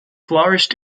flourished